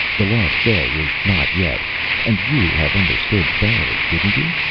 the last day is not yet and. you have understood thoroughly. didn't you?